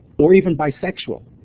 or even bisexual.